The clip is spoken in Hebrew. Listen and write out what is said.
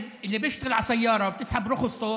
גם הוא, כשהוא רוצה, הוא